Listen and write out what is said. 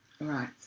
right